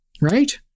right